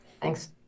thanks